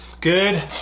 Good